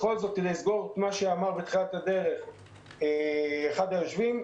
בכל זאת כדי לסגור את מה שאמר בתחילת הדרך אחד היושבים,